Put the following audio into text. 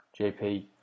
JP